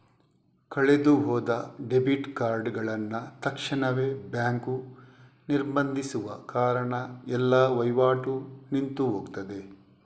ಕಳೆದು ಹೋದ ಡೆಬಿಟ್ ಕಾರ್ಡುಗಳನ್ನ ತಕ್ಷಣವೇ ಬ್ಯಾಂಕು ನಿರ್ಬಂಧಿಸುವ ಕಾರಣ ಎಲ್ಲ ವೈವಾಟು ನಿಂತು ಹೋಗ್ತದೆ